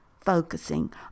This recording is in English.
focusing